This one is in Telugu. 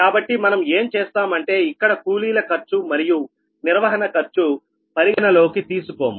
కాబట్టి మనం ఏం చేస్తాం అంటే ఇక్కడ కూలీల ఖర్చు మరియు నిర్వహణ ఖర్చు పరిగణనలోకి తీసుకోము